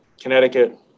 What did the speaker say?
Connecticut